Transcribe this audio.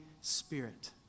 Spirit